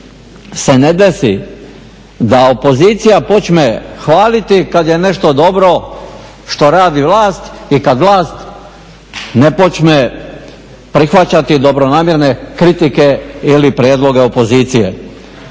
se ne desi da opozicija počne hvaliti kada je nešto dobro što radi vlast i kada vlast ne počne prihvaćati dobronamjerne kritike ili prijedloge opozicije.